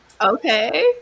Okay